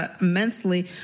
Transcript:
immensely